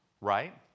right